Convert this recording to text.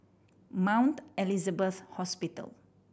Mount Elizabeth Hospital